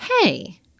hey